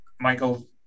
michael